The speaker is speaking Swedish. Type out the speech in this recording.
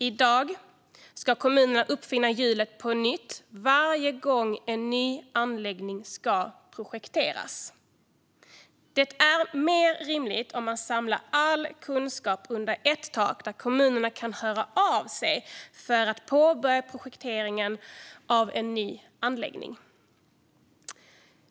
I dag ska kommunerna uppfinna hjulet på nytt varje gång en ny anläggning ska projekteras. Det är mer rimligt att samla all kunskap under ett tak dit kommunerna kan höra av sig för att påbörja projekteringen av en ny anläggning.